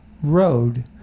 Road